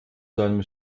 seinem